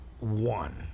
one